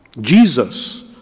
Jesus